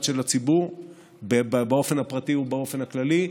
של הציבור באופן הפרטי ובאופן הכללי,